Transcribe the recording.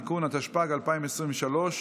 התשפ"ג 2023,